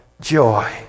joy